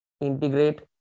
integrate